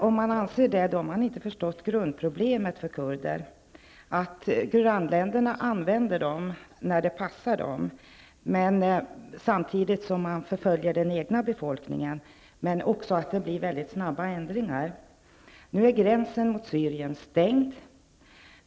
Om man är av den uppfattningen har man inte förstått grundproblemet för kurderna, nämligen att grannländerna använder dem när det passar samtidigt som man förföljer den egna befolkningen och att det också blir väldigt snabba ändringar. Gränsen mot Syrien är nu stängd.